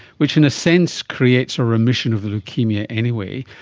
which in a sense creates a remission of the leukaemia anyway,